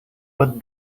but